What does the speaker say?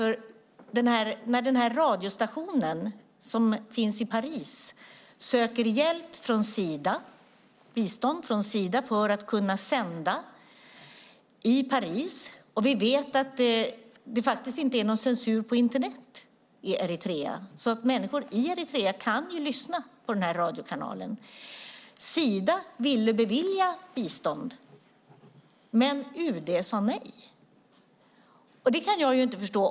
Radiostationen i Paris har sökt bistånd från Sida för att kunna sända i Paris. Vi vet att det faktiskt inte är någon censur på Internet i Eritrea. Människor i Eritrea kan lyssna på radiokanalen. Sida ville bevilja bistånd, men UD sade nej. Det kan jag inte förstå.